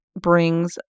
brings